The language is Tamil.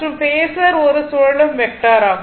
மற்றும் பேஸர் ஒரு சுழலும் வெக்டர் ஆகும்